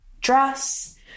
dress